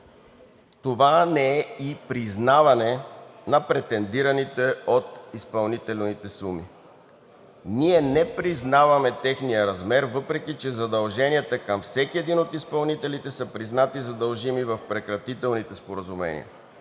Това не е и признаване на претендираните от изпълнителите суми. Ние не признаваме техния размер, въпреки че задълженията към всеки един от изпълнителите са признати за дължими в прекратителните споразумения